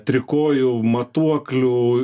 trikojų matuoklių